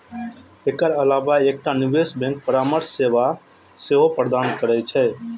एकर अलावा एकटा निवेश बैंक परामर्श सेवा सेहो प्रदान करै छै